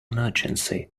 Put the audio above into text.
emergency